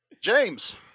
James